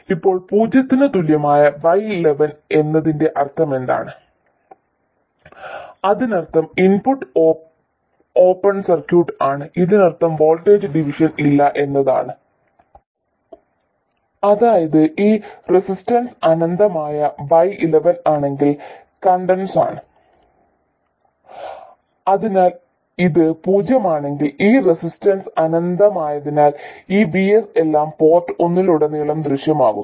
ഇപ്പോൾ പൂജ്യത്തിന് തുല്യമായ y11 എന്നതിന്റെ അർത്ഥമെന്താണ് അതിനർത്ഥം ഇൻപുട്ട് ഓപ്പൺ സർക്യൂട്ട് ആണ് ഇതിനർത്ഥം വോൾട്ടേജ് ഡിവിഷൻ ഇല്ല എന്നാണ് അതായത് ഈ റെസിസ്റ്റൻസ് അനന്തമായ y11 ആണെങ്കിൽ കണ്ടക്ടൻസാണ് അതിനാൽ ഇത് പൂജ്യമാണെങ്കിൽ ഈ റെസിസ്റ്റൻസ് അനന്തമായതിനാൽ ഈ VS എല്ലാം പോർട്ട് ഒന്നിലുടനീളം ദൃശ്യമാകുന്നു